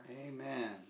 Amen